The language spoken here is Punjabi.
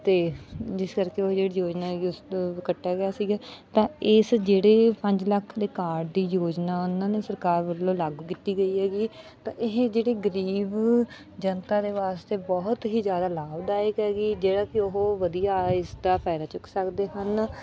ਅਤੇ ਜਿਸ ਕਰਕੇ ਉਹ ਜਿਹੜੀ ਯੋਜਨਾ ਹੈਗੀ ਉਸਦਾ ਕੱਟਿਆ ਗਿਆ ਸੀਗਾ ਤਾਂ ਇਸ ਜਿਹੜੇ ਪੰਜ ਲੱਖ ਦੇ ਕਾਰਡ ਦੀ ਯੋਜਨਾ ਉਹਨਾਂ ਨੇ ਸਰਕਾਰ ਵੱਲੋਂ ਲਾਗੂ ਕੀਤੀ ਗਈ ਹੈਗੀ ਤਾਂ ਇਹ ਜਿਹੜੇ ਗਰੀਬ ਜਨਤਾ ਦੇ ਵਾਸਤੇ ਬਹੁਤ ਹੀ ਜ਼ਿਆਦਾ ਲਾਭਦਾਇਕ ਹੈਗੀ ਜਿਹੜਾ ਕਿ ਉਹ ਵਧੀਆ ਇਸ ਦਾ ਫਾਇਦਾ ਚੁੱਕ ਸਕਦੇ ਹਨ